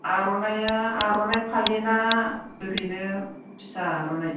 आर'नाइआ आर'नाइ फालि ना ओरैनो फिसा आर'नाइ